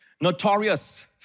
Notorious